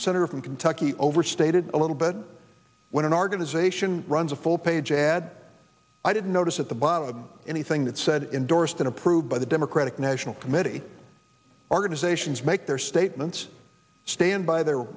senator from kentucky overstated a little bit when an organization runs a full page ad i didn't notice at the bottom anything that said endorsed an approved by the democratic national committee organizations make their statements stand by their